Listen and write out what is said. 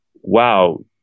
wow